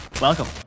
Welcome